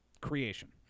Creation